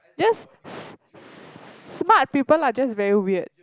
just s~ smart people are just very weird